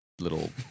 little